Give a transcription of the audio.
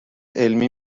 علمی